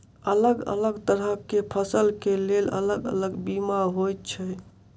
अलग अलग तरह केँ फसल केँ लेल अलग अलग बीमा होइ छै?